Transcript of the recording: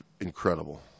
incredible